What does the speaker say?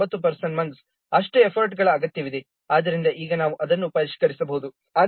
9 person months ಅಷ್ಟು ಎಫರ್ಟ್ಗಳ ಅಗತ್ಯವಿದೆ ಆದ್ದರಿಂದ ಈಗ ನಾವು ಅದನ್ನು ಪರಿಷ್ಕರಿಸಬಹುದು